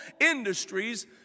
industries